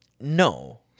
No